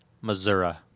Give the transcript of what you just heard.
Missouri